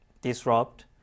disrupt